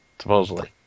supposedly